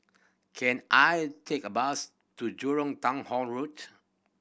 can I take a bus to Jurong Town Hall Road